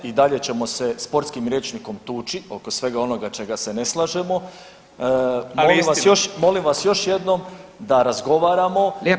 I dalje ćemo se sportskim rječnikom tuči oko svega onoga čega se ne slažemo [[Upadica: Ali je istina.]] Molim vas još jednom da razgovaramo